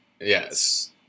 yes